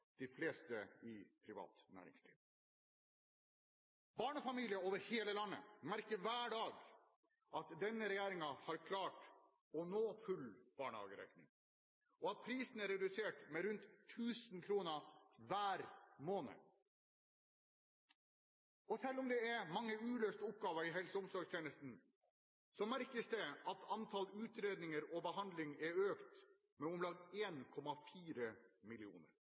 de fleste i privat næringsliv. Barnefamilier over hele landet merker hver dag at denne regjeringen har klart å nå full barnehagedekning, og at prisen er redusert med rundt 1 000 kr hver måned. Selv om det er mange uløste oppgaver i helse- og omsorgstjenesten, merkes det at antall utredninger og behandling er økt med om lag